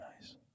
nice